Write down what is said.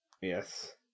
Yes